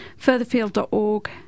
furtherfield.org